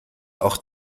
auch